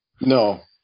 no